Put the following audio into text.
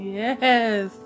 yes